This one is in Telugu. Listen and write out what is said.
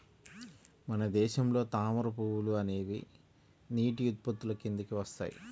మన దేశంలో తామర పువ్వులు అనేవి నీటి ఉత్పత్తుల కిందికి వస్తాయి